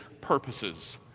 purposes